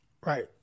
right